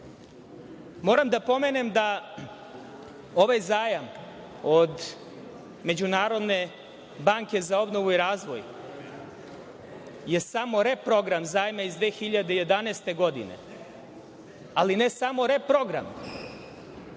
da pomenem da ovaj zajam od Međunarodne banke za obnovu i razvoj, je samo reprogram zajma iz 2011. godine, ali ne samo reprogram,